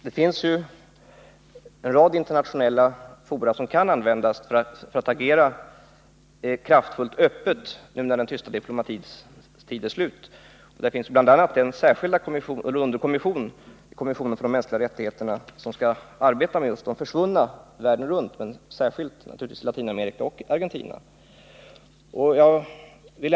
Herr talman! Det finns en rad internationella fora som kan användas när man vill agera kraftfullt och öppet, nu när den tysta diplomatins tid är slut. Bl. a. finns ju under kommissionen för de mänskliga rättigheterna den särskilda kommission som skall arbeta med frågorna kring försvunna människor världen runt, men särskilt naturligtvis med frågor som rör försvinnanden i Latinamerika och Argentina.